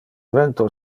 vento